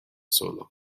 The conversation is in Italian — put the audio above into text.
solo